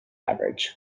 average